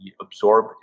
absorb